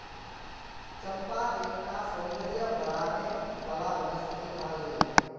चंपा एक टा सौंदर्य बढाने वाला वनस्पति कहाल गहिये